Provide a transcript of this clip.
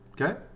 Okay